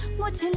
what's